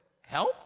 Help